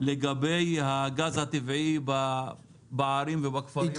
לגבי הגז הטבעי בערים ובכפרים בחברה הערבית.